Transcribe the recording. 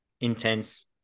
intense